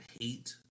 hate